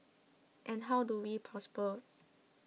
and how do we prosper